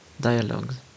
dialogues